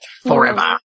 Forever